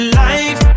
life